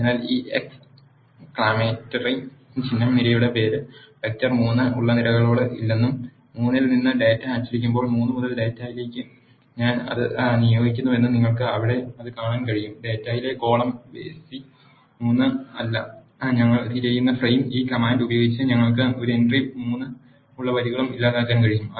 അതിനാൽ ഈ exclamatory ചിഹ്നം നിരയുടെ പേര് വെക്റ്റർ 3 ഉള്ള നിരകളോട് ഇല്ലെന്നും 3 ൽ നിന്ന് ഡാറ്റ അച്ചടിക്കുമ്പോൾ 3 മുതൽ ഡാറ്റയിലേക്ക് ഞാൻ അത് നിയോഗിക്കുന്നുവെന്നും നിങ്ങൾക്ക് അവിടെ അത് കാണാൻ കഴിയും ഡാറ്റയിലെ കോളം വെസി 3 അല്ല ഞങ്ങൾ തിരയുന്ന ഫ്രെയിം ഈ കമാൻഡ് ഉപയോഗിച്ച് ഞങ്ങൾക്ക് ഒരു എൻട്രി 3 ഉള്ള വരികളും ഇല്ലാതാക്കാൻ കഴിയും